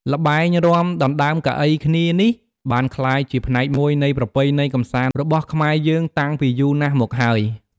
ល្បែងរាំដណ្តើមកៅអីគ្នានេះ បានក្លាយជាផ្នែកមួយនៃប្រពៃណីកម្សាន្តរបស់ខ្មែរយើងតាំងពីយូរណាស់មកហើយ។